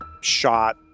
shot